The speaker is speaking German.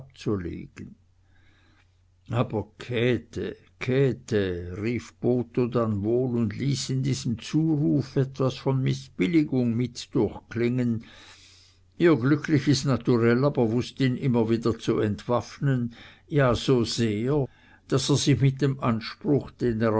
abzulegen aber käthe käthe rief botho dann wohl und ließ in diesem zuruf etwas von mißbilligung mit durchklingen ihr glückliches naturell aber wußt ihn immer wieder zu entwaffnen ja so sehr daß er sich mit dem anspruch den